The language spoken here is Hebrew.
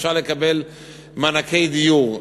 אפשר לקבל מענקי דיור,